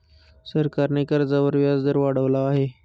सरकारने कर्जावर व्याजदर वाढवला आहे